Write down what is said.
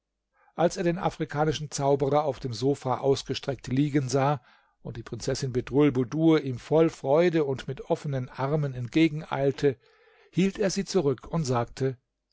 als er den afrikanischen zauberer auf dem sofa ausgestreckt liegen sah und die prinzessin bedrulbudur ihm voll freude und mit offenen armen entgegeneilte hielt er sie zurück und sagte